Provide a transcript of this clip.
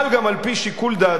על-פי שיקול דעתו,